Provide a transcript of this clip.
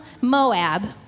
Moab